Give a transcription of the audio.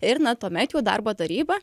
ir na tuomet jau darbo taryba